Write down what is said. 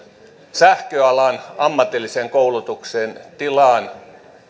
sähköalan ammatillisen koulutuksen tilaan